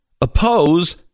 oppose